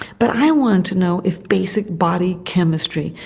but i wanted to know if basic body chemistry,